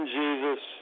jesus